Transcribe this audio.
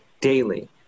daily